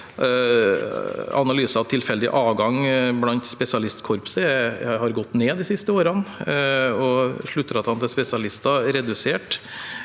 viser at tilfeldig avgang blant spesialistkorpset har gått ned de siste årene, og sluttraten for spesialister er redusert.